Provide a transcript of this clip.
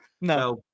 no